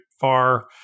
far